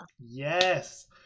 yes